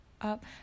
up